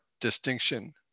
distinction